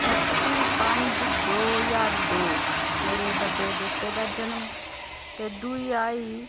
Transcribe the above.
कत्ती पंज दो ज्हार दो मेरे बड्डे बेटे दा जनम ते दुई आई